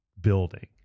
building